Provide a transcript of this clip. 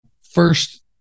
first